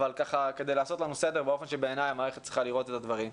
אבל כדי לעשות לנו סדר באופן שבעיניי המערכת צריכה לראות את הדברים.